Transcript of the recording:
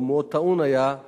הוא היה מאוד טעון ובצדק,